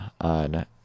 on